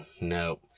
no